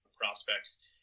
prospects